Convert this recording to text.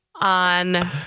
on